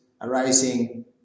arising